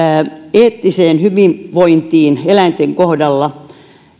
eettiseen hyvinvointiin eläinten kohdalla